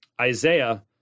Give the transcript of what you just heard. Isaiah